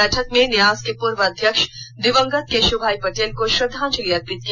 बैठक में न्यास के पूर्व अध्यक्ष दिवंगत केशुभाई पटेल को श्रद्धांजलि अर्पित की